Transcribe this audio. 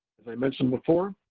as i mentioned before,